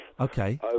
Okay